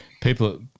People